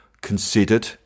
considered